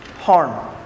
harm